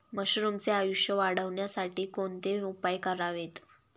मशरुमचे आयुष्य वाढवण्यासाठी कोणते उपाय करावेत?